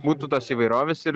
būtų tos įvairovės ir